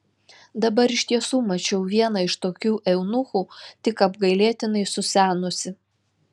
dabar iš tiesų mačiau vieną iš tokių eunuchų tik apgailėtinai susenusį